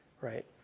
right